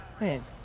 man